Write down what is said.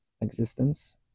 existence